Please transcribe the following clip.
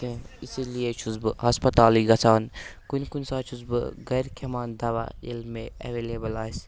کینٛہہ اسی لیے چھُس بہٕ ہَسپَتالٕے گژھان کُنہِ کُنہِ ساتہٕ چھُس بہٕ گَرِ کھٮ۪وان دَوا ییٚلہِ مےٚ اٮ۪ویلیبٕل آسہِ